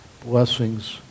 blessings